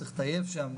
שצריך לטייב שם,